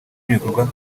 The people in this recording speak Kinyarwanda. n’ibikorwa